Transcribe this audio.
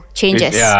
changes